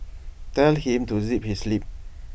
tell him to zip his lip